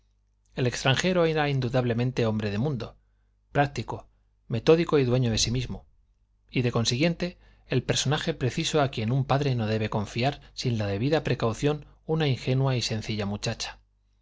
el extranjero era indudablemente hombre de mundo práctico metódico y dueño de sí mismo y de consiguiente el personaje preciso a quien un padre no debe confiar sin la debida precaución una ingenua y sencilla muchacha